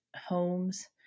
homes